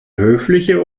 höfliche